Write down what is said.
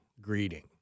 greeting